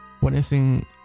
witnessing